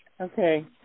okay